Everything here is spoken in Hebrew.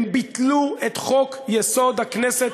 הם ביטלו את חוק-יסוד: הכנסת,